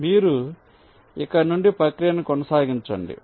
కాబట్టి మీరు ఇక్కడ నుండి ప్రక్రియను కొనసాగించండి